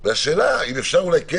והשאלה האם אפשר אולי כן,